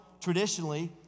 traditionally